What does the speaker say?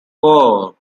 four